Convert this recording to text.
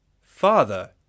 father